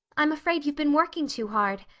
i'm afraid you've been working too hard.